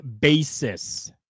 basis